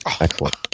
Excellent